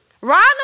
Ronald